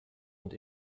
und